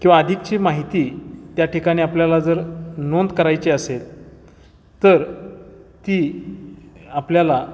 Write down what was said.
किंवा आधिकची माहिती त्या ठिकाणी आपल्याला जर नोंद करायची असेल तर ती आपल्याला